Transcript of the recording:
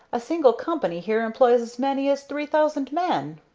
a single company here employs as many as three thousand men.